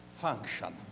function